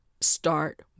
start